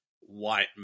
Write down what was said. white